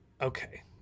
okay